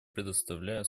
предоставляю